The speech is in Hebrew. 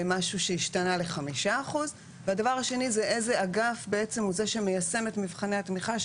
משהו שהשתנה ל-5%; 2. איזה אגף מיישם את מבחני התמיכה,